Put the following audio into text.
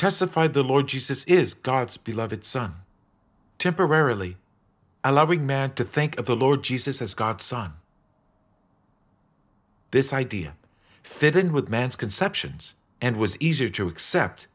testified the lord jesus is god's beloved son temporarily a loving man to think of the lord jesus as god's son this idea fit in with man's conceptions and was easier to accept